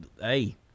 hey